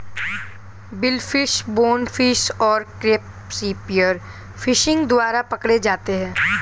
billfish, bonefish और crab spear fishing द्वारा पकड़े जाते हैं